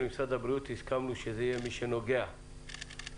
במשרד הבריאות הסכמנו שזה יהיה מי שנוגע לסוגיית